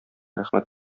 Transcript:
рәхмәт